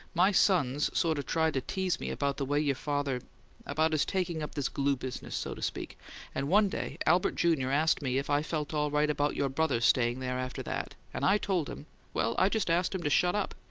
my sons sort of tried to tease me about the way your father about his taking up this glue business, so to speak and one day albert, junior, asked me if i felt all right about your brother's staying there after that, and i told him well, i just asked him to shut up.